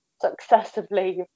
successively